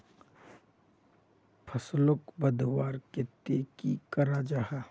फसलोक बढ़वार केते की करा जाहा?